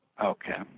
Okay